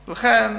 לכן,